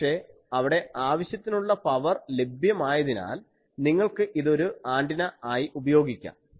പക്ഷേ അവിടെ ആവശ്യത്തിനുള്ള ഉള്ള പവർ ലഭ്യമായതിനാൽ നിങ്ങൾക്ക് ഇത് ഒരു ആന്റിന ആയി ഉപയോഗിക്കാം